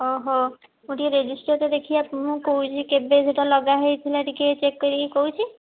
ଓହୋ ମୁଁ ଟିକିଏ ରେଜିଷ୍ଟର୍ଟା ଦେଖି ଆପଣଙ୍କୁ ମୁଁ କହୁଛି କେବେ ସେଟା ଲଗା ହେଇଥିଲା ଟିକିଏ ଚେକ୍ କରି କହୁଛି